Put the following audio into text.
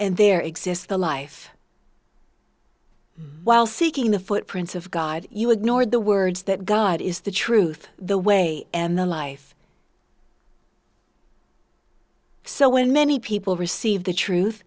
and there exists the life while seeking the footprints of god you ignore the words that god is the truth the way and the life so when many people receive the truth